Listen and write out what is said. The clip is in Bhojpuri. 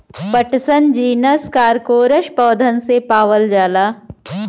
पटसन जीनस कारकोरस पौधन से पावल जाला